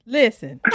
listen